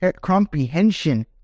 comprehension